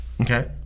Okay